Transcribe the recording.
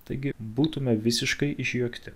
taigi būtume visiškai išjuokti